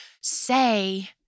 say